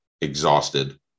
exhausted